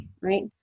right